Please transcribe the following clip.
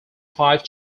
five